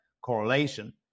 correlation